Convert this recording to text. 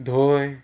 धंय